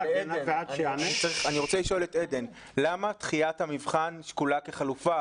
עדן, למה דחיית המבחן שקולה כחלופה?